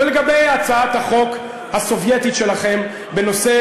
לגבי הצעת החוק הסובייטית שלכם בנושא